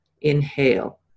inhale